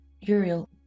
Uriel